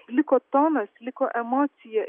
liko tonas liko emocija